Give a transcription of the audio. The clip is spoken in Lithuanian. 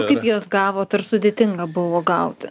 kaip juos gavot ar sudėtinga buvo gauti